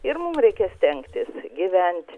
ir mum reikia stengtis gyvent